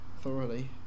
thoroughly